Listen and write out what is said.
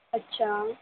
ਅੱਛਾ